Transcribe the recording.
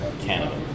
Canada